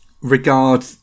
regard